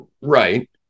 right